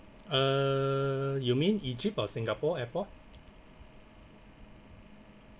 uh you mean egypt or singapore airport